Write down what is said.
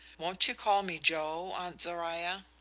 won't you call me joe, aunt zoruiah?